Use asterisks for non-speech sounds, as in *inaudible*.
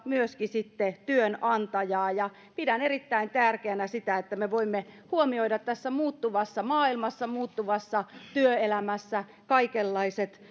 myöskin työnantajaa pidän erittäin tärkeänä sitä että me voimme huomioida tässä muuttuvassa maailmassa muuttuvassa työelämässä kaikenlaiset *unintelligible*